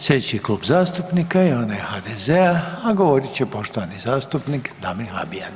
Slijedeći Klub zastupnika je onaj HDZ-a, a govorit će poštovani zastupnik Damir Habijan.